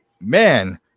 man